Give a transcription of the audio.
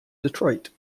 detroit